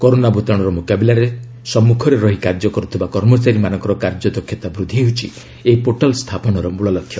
corona ଭୂତାଣୁର ମୁକାବିଲାରେ ସମ୍ମୁଖରେ ରହି କାର୍ଯ୍ୟ କରୁଥିବା କର୍ମଚାରୀମାନଙ୍କର କାର୍ଯ୍ୟଦକ୍ଷତା ବୃଦ୍ଧି ହେଉଛି ଏହି ପୋର୍ଟାଲ ସ୍ଥାପନର ମୂଳ ଲକ୍ଷ୍ୟ